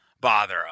bother